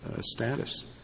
status